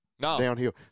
downhill